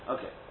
Okay